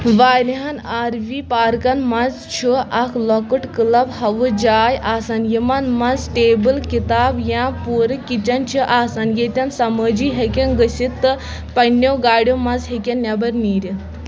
واریاہَن R V پارکَن منٛز چھُ اکھ لۄکُٹ کٕلب ہاؤس جاے آسان یِمَن منٛز ٹیبٕل ، کتاب یا پوٗرٕ کِچَن چھِ آسان ییٚتٮ۪ن سمٲجی ہیٚکَن گژھتھ تہٕ پننٮ۪و گاڑٮ۪و منٛز ہیٚکَن نٮ۪بر نیٖرِتھ